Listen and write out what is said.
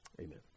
Amen